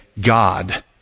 God